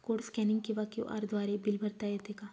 Code scanning किंवा QR द्वारे bill भरता येते का?